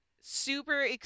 super